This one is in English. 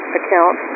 account